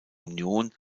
union